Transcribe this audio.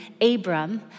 Abram